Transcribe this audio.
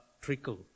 trickle